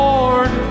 Lord